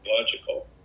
logical